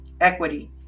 equity